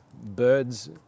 birds